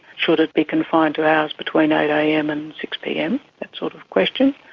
should it be confined to hours between eight am and six pm that sort of question.